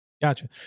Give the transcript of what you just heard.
Gotcha